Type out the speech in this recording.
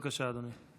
בבקשה, אדוני.